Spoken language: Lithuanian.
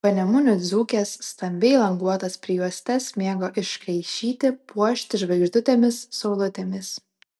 panemunių dzūkės stambiai languotas prijuostes mėgo iškaišyti puošti žvaigždutėmis saulutėmis